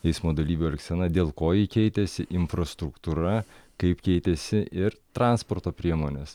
eismo dalyvių elgsena dėl ko ji keitėsi infrastruktūra kaip keitėsi ir transporto priemonės